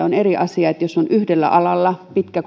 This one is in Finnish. on eri asia jos on yhdellä alalla pitkä